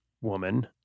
woman